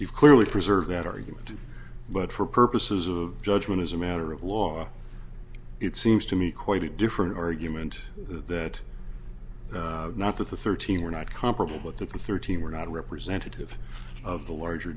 you've clearly preserved that argument but for purposes of judgment as a matter of law it seems to me quite a different argument that not the thirteen are not comparable but the thirteen were not representative of the larger